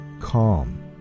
Calm